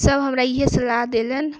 सब हमरा ईहे सलाह देलनि